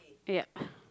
yup